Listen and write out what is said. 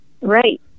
Right